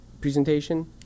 presentation